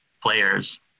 players